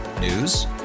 News